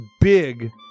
big